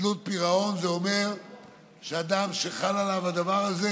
זה אומר שאדם שחל עליו הדבר הזה